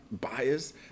bias